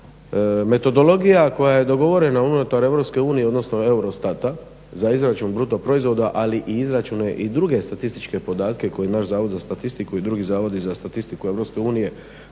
metodologija koja je dogovorena unutar EU odnosno EUROSTAT-a za izračun bruto proizvoda ali i izračune i druge statističke podatke koji naš zavod za statistiku i drugi zavodi za statistiku EU